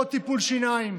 בעוד טיפול שיניים.